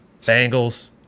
Bengals